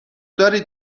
دارید